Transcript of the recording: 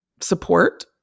support